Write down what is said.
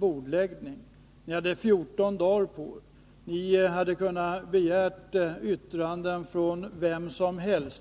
bordläggning, och ni hade 14 dagar på er att agera. Ni hade kunnat begära in yttranden från vilket håll som helst.